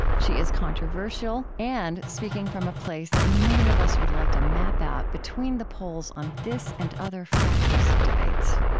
she is controversial and speaking from a place that many of us would like to map out between the poles on this and other fractious debates